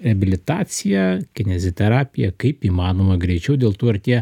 reabilitacija kineziterapija kaip įmanoma greičiau dėl to ir tie